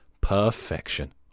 Perfection